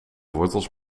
wortels